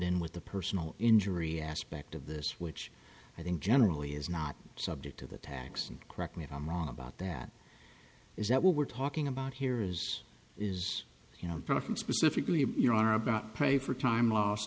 in with the personal injury aspect of this which i think generally is not subject to the tax and correct me if i'm wrong about that is that what we're talking about here is is you know specifically your honor about pray for time los